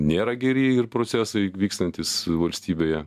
nėra geri ir procesai vykstantys valstybėje